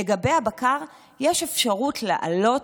לגבי הבקר יש אפשרות לעלות,